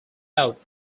out